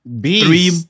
Three